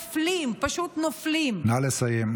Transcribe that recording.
ונופלים, פשוט נופלים, נא לסיים.